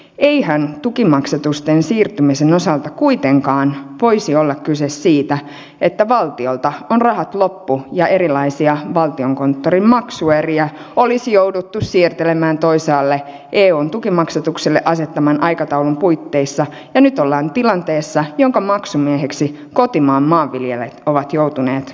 eihän tukimaksatusten siirtymisen osalta kuitenkaan voisi olla kyse siitä että valtiolta on rahat loppu ja erilaisia valtiokonttorin maksueriä olisi jouduttu siirtelemään toisaalle eun tukimaksatuksille asettaman aikataulun puitteissa ja nyt ollaan tilanteessa jonka maksumieheksi kotimaan maanviljelijät ovat joutuneet